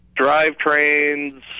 drivetrains